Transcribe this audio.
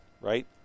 right